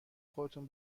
خودتون